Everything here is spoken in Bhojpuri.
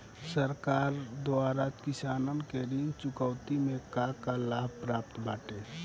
सरकार द्वारा किसानन के ऋण चुकौती में का का लाभ प्राप्त बाटे?